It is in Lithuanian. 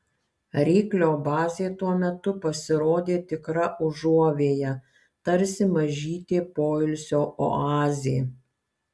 ryklio bazė tuo metu pasirodė tikra užuovėja tarsi mažytė poilsio oazė